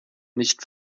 nicht